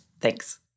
Thanks